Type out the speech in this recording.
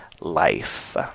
life